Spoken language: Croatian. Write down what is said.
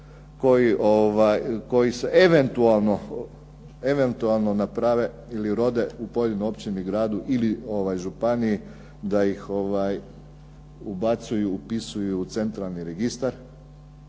koji se eventualno naprave ili rode u pojedinoj općini, gradu ili županiji da ih ubacuju, upisuju u centralni registar,